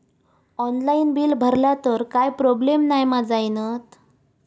Online bill भरला तर काय प्रोब्लेम नाय मा जाईनत?